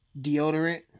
Deodorant